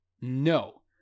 No